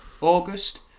August